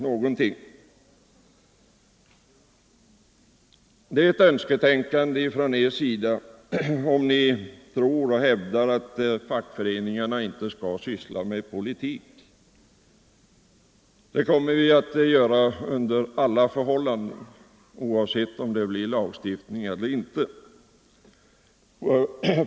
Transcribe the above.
Det är ett önsketänkande om ni tror och hävdar att fackföreningarna inte skall syssla med politik. Det kommer vi att göra under alla förhållanden, oavsett om det blir lagstiftning eller inte.